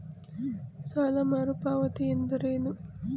ಸಾಲ ಮರುಪಾವತಿ ಎಂದರೇನು?